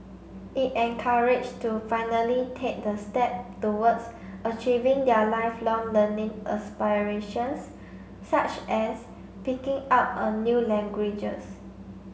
it encouraged to finally take the step towards achieving their lifelong learning aspirations such as picking up a new languages